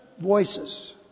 voices